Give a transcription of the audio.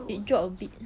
it dropped a bit